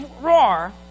roar